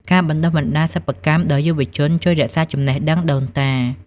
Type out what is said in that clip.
ការបណ្តុះបណ្តាលសិប្បកម្មដល់យុវជន ជួយរក្សាចំណេះដឹងដូនតា។